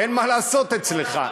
אין מה לעשות אצלך.